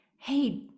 Hey